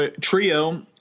trio